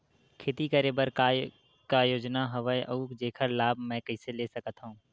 खेती करे बर का का योजना हवय अउ जेखर लाभ मैं कइसे ले सकत हव?